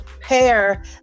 pair